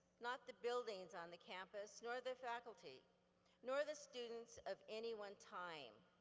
not the buildings on the campus, nor the faculty nor the students of any one time.